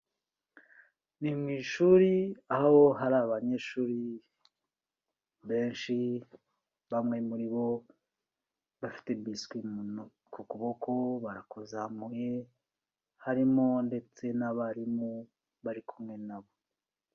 Ni mu ishuri aho hari abanyeshuri benshi, bamwe muri bo bafite biscuit mu kuboko barakuzamuye, harimo ndetse n'abarimu bari kumwe na bo.